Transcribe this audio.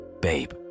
Babe